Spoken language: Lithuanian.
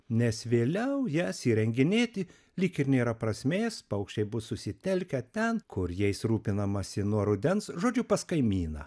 nes vėliau jas įrenginėti lyg ir nėra prasmės paukščiai bus susitelkę ten kur jais rūpinamasi nuo rudens žodžiu pas kaimyną